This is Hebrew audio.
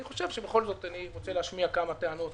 אני בכל זאת רוצה להשמיע כמה טענות